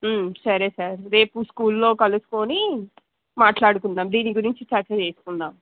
సరే సార్ రేపు స్కూల్లో కలుసుకుని మాట్లాడుకుందాం దీని గురించి చర్చ చేసుకుందాం